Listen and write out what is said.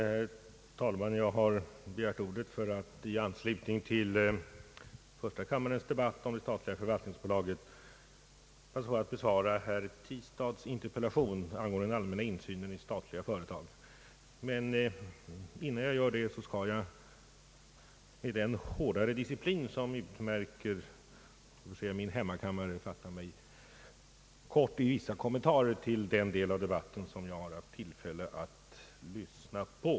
Herr talman! Jag har begärt ordet för att i anslutning till första kammarens debatt om det statliga förvaltningsbolaget besvara herr Tistads interpellation angående insynen i statliga företag. Innan jag gör det skall jag, i den hårdare disciplin som utmärker min hemmakammare, fatta mig kort i vissa kommentarer till den del av debatten som jag har haft tillfälle att lyssna till.